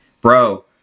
bro